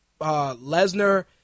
Lesnar